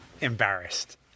embarrassed